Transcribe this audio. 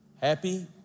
Happy